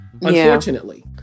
unfortunately